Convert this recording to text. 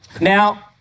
Now